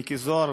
מיקי מכלוף זוהר,